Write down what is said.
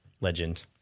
legend